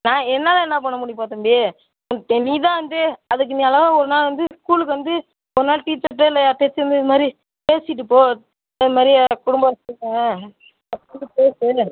நான் என்னால் என்ன பண்ண முடியும்ப்பா தம்பி நீ தான் வந்து அதற்கு நீ அழகாக ஒரு நாள் வந்து ஸ்கூலுக்கு வந்து ஒரு நாள் டீச்சர்கிட்ட இல்லை யார்கிட்டயாச்சும் வந்து இதுமாதிரி பேசிட்டு போ இந்தமாதிரி குடும்ப சூழ்நிலை அப்படின்னு பேசு